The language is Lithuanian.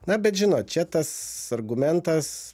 na bet žinot čia tas argumentas